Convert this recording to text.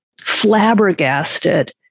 flabbergasted